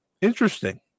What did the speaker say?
interesting